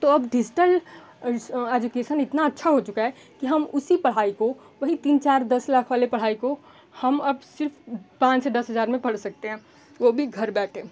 तो अब distance education इतना अच्छा हो चुका है कि हम उसी पढ़ाई को वही तीन चार दस लाख वाले पढ़ाई को हम अब सिर्फ़ पाँच से दस हज़ार में पढ़ सकते हैं वह भी घर बैठे